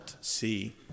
see